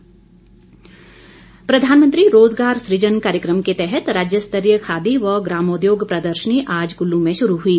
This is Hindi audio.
प्रदर्शनी प्रधानमंत्री रोजगार सुजन कार्यक्रम के तहत राज्य स्तरीय खादी व ग्रामोद्योग प्रदर्शनी आज कुल्लू में शुरू हुई